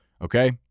Okay